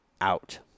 out